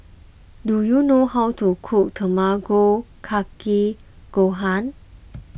do you know how to cook Tamago Kake Gohan